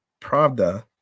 Pravda